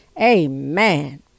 Amen